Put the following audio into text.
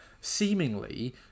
seemingly